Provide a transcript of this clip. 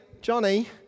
Johnny